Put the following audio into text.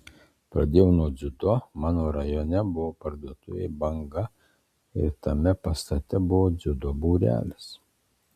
pradėjau nuo dziudo mano rajone buvo parduotuvė banga ir tame pastate buvo dziudo būrelis